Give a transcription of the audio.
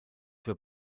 für